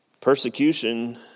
Persecution